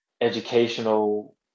educational